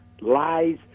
lies